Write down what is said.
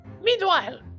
Meanwhile